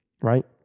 right